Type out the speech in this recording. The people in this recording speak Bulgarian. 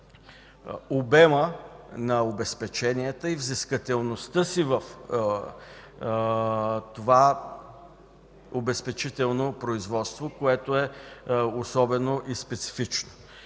обема на обезпеченията и взискателността си в това обезпечително производство, което е особено и специфично.